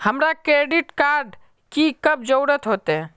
हमरा credit card की कब जरूरत होते?